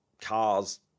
cars